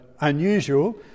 unusual